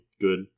good